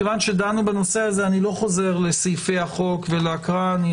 כיוון שדנו בנושא הזה לא אחזור לסעיפי החוק ולהקראה יש